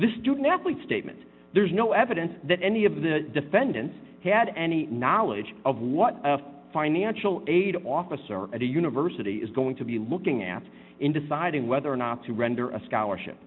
the student athlete statements there's no evidence that any of the defendants had any knowledge of what a financial aid officer at the university is going to be looking at in deciding whether or not to render a scholarship